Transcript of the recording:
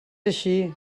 així